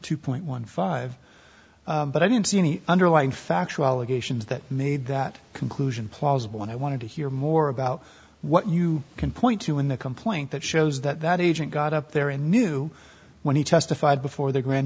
two point one five but i didn't see any underlying factual allegations that made that conclusion plausible and i wanted to hear more about what you can point to in the complaint that shows that agent got up there and knew when he testified before the grand